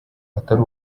atari